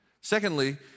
Secondly